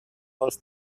golf